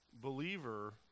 believer